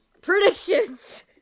predictions